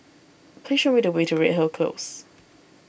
please show me the way to Redhill Close